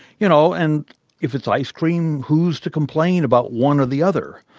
you know, and if it's ice cream, who's to complain about one or the other?